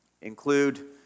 include